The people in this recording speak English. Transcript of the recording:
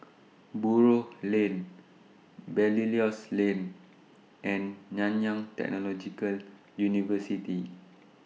Buroh Lane Belilios Lane and Nanyang Technological University